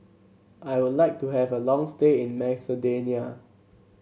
I would like to have a long stay in Macedonia